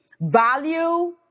value